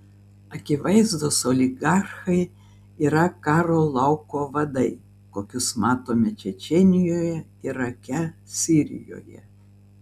akivaizdūs oligarchai yra karo lauko vadai kokius matome čečėnijoje irake sirijoje